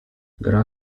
gra